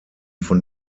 von